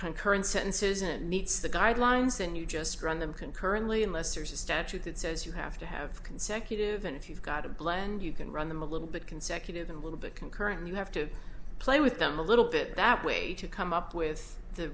for current sentences it meets the guidelines and you just run them concurrently unless there's a statute that says you have to have consecutive and if you've got a blend you can run them a little bit consecutive in a little bit concurrently you have to play with them a little bit that way to come up with the